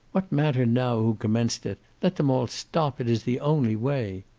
what matter now who commenced it? let them all stop. it is the only way.